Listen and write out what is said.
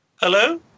hello